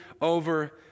over